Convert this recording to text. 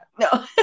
no